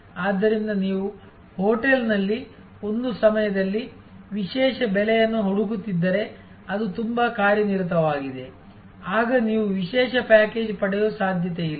ಆದ್ದರಿಂದ ನೀವು ಹೋಟೆಲ್ನಲ್ಲಿ ಒಂದು ಸಮಯದಲ್ಲಿ ವಿಶೇಷ ಬೆಲೆಯನ್ನು ಹುಡುಕುತ್ತಿದ್ದರೆ ಅದು ತುಂಬಾ ಕಾರ್ಯನಿರತವಾಗಿದೆ ಆಗ ನೀವು ವಿಶೇಷ ಪ್ಯಾಕೇಜ್ ಪಡೆಯುವ ಸಾಧ್ಯತೆಯಿಲ್ಲ